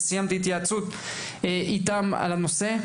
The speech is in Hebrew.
וסיימתי התייעצות איתם על הנושא.